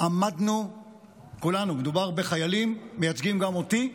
עמדנו כולנו, מדובר בחיילים, מייצגים גם אותי,